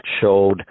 showed